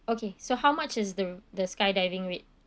okay so how much is the the skydiving rate